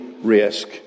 risk